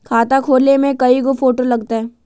खाता खोले में कइगो फ़ोटो लगतै?